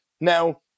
Now